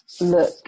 Look